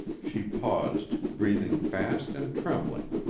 she paused, breathing fast and trembling.